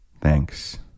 Thanks